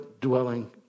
dwelling